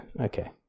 Okay